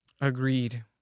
Agreed